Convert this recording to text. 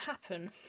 happen